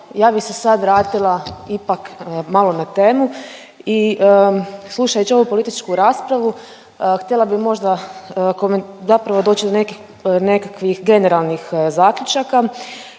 Ja bi se sad vratila ipak malo na temu i slušajući ovu političku raspravu htjela bi možda zapravo doći do nekakvih generalnih zaključaka.